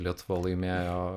lietuva laimėjo